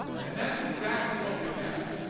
and that's exactly what we have.